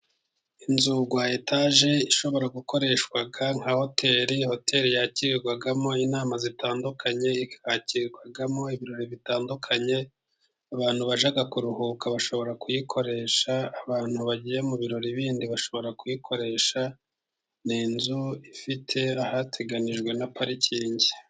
Inzu ya etaje ishobora gukoreshwa nka hoteli, hoteli yakirirwamo inama zitandukanye, ikakirirwamo ibirori bitandukanye. Abantu bajya kuruhuka bashobora kuyikoresha abantu bagiye mu birori bindi bashobora kuyikoresha. Ni inzu ifite ahateganijwe na parikingi.